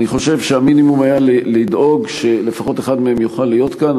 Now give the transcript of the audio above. אני חושב שהמינימום היה לדאוג שלפחות אחד מהם יוכל להיות כאן.